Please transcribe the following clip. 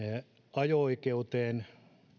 ajo oikeuteen